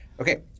Okay